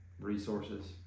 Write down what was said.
resources